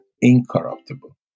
incorruptible